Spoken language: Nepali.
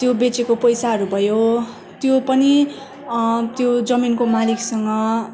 त्यो बेचेको पैसाहरू भयो त्यो पनि त्यो जमीनको मालिकसँग